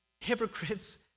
hypocrites